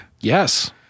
Yes